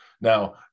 Now